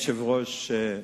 אדוני היושב-ראש,